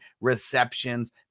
receptions